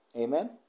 Amen